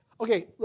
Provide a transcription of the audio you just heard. Okay